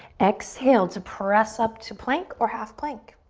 exhale to press up to plank or half plank.